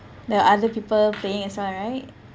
there were other people playing as well right